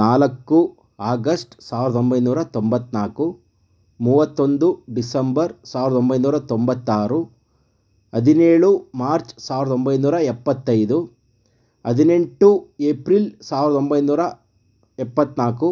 ನಾಲ್ಕು ಆಗಸ್ಟ್ ಸಾವಿರದ ಒಂಬೈನೂರ ತೊಂಬತ್ತ್ನಾಲ್ಕು ಮೂವತ್ತೊಂದು ಡಿಸೆಂಬರ್ ಸಾವಿರದ ಒಂಬೈನೂರ ತೊಂಬತ್ತಾರು ಹದಿನೇಳು ಮಾರ್ಚ್ ಸಾವಿರದ ಒಂಬೈನೂರ ಎಪ್ಪತ್ತೈದು ಹದಿನೆಂಟು ಏಪ್ರಿಲ್ ಸಾವಿರದ ಒಂಬೈನೂರ ಎಪ್ಪತ್ತ್ನಾಲ್ಕು